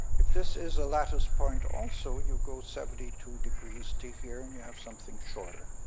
if this is a lattice point also, you go seventy two degrees to here, and you have something shorter.